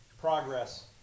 progress